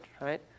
right